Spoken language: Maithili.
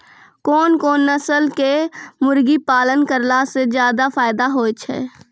कोन कोन नस्ल के मुर्गी पालन करला से ज्यादा फायदा होय छै?